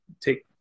take